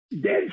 dead